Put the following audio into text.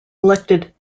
elected